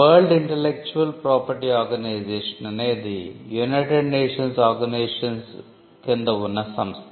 WIPO అనేది UNO కింద ఉన్న సంస్థ